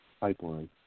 pipeline